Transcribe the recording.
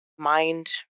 mind